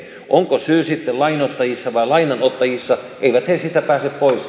onko syy sitä vain samanlainen mutta niissä ei sitä pääse pois